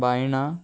बायणां